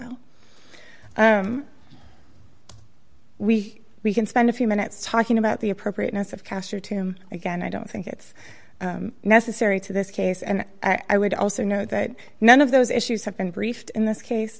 le we can spend a few minutes talking about the appropriateness of caster to him again i don't think it's necessary to this case and i would also know that none of those issues have been briefed in this case